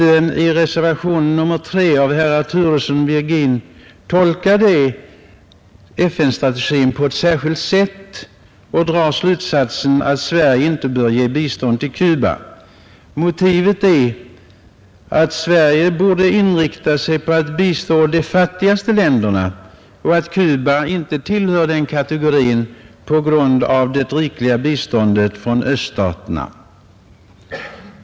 I reservationen 3 av herrar Turesson och Virgin tolkas FN-strategin på ett särskilt sätt, och reservanterna drar slutsatsen att Sverige inte bör ge bistånd till Cuba. Motivet är att Sverige borde inrikta sig på att bistå de fattigaste länderna och att Cuba inte tillhör den kategorin på grund av det rikliga biståndet från öststaterna.